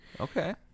Okay